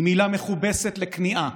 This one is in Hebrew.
היא מילה מכובסת לכניעה.